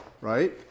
Right